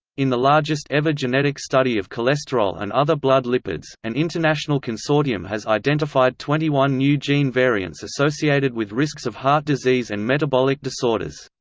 in the largest-ever genetic study of cholesterol and other blood lipids, an international consortium has identified twenty one new gene variants associated with risks of heart disease and metabolic disorders.